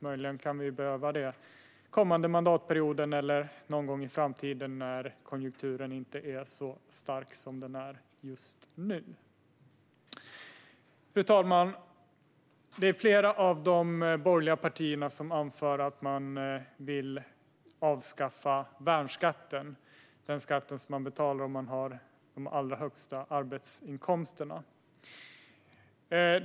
Möjligen kan vi behöva göra det under den kommande mandatperioden eller någon gång i framtiden när konjunkturen inte är så stark som den är just nu. Fru talman! Flera av de borgerliga partierna anför att man vill avskaffa värnskatten, den skatt som de som har de allra högsta arbetsinkomsterna betalar.